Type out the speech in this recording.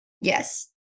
Yes